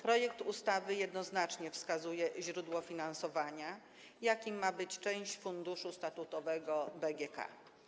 Projekt ustawy jednoznacznie wskazuje źródło finansowania, jakim ma być część funduszu statutowego BGK.